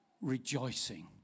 rejoicing